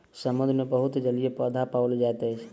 समुद्र मे बहुत जलीय पौधा पाओल जाइत अछि